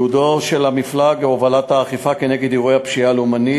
ייעודו של המפלג: הובלת האכיפה כנגד אירועי הפשיעה הלאומנית,